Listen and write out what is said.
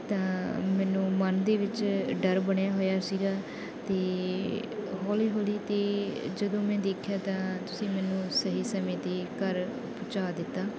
ਤਾਂ ਮੈਨੂੰ ਮਨ ਦੇ ਵਿੱਚ ਡਰ ਬਣਿਆ ਹੋਇਆ ਸੀਗਾ ਅਤੇ ਹੌਲੀ ਹੌਲੀ ਅਤੇ ਜਦੋਂ ਮੈਂ ਦੇਖਿਆ ਤਾਂ ਤੁਸੀਂ ਮੈਨੂੰ ਸਹੀ ਸਮੇਂ 'ਤੇ ਘਰ ਪੁਹੰਚਾ ਦਿੱਤਾ